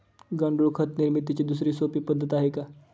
गांडूळ खत निर्मितीची दुसरी सोपी पद्धत आहे का?